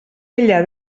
ella